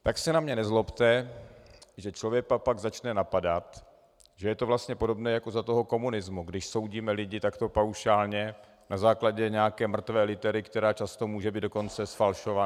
Tak se na mě nezlobte, že člověka pak začne napadat, že je to vlastně podobné jako za toho komunismu, když soudíme lidi takto paušálně, na základě nějaké mrtvé litery, která často může být dokonce zfalšovaná.